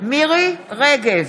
מירי מרים רגב,